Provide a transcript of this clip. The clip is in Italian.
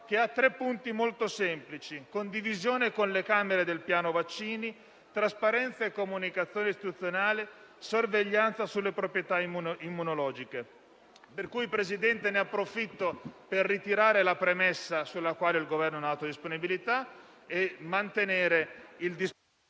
che ha tre punti molto semplici: condivisione con le Camere del piano vaccini, trasparenza e comunicazione istituzionale, sorveglianza sulle proprietà immunologiche. Signor Presidente, ne approfitto per ritirare la premessa sulla quale il Governo non ha dato disponibilità e mantenere invece